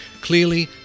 Clearly